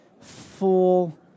full